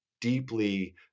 deeply